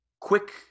quick